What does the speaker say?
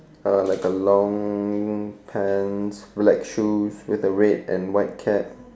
like a long pants black shoes with a red and white cap